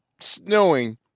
snowing